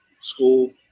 school